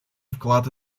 вклад